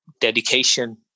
dedication